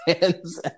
hands